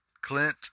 Clint